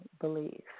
believe